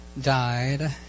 died